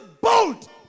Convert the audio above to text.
bold